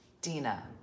Dina